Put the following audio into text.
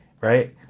right